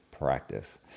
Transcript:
practice